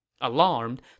Alarmed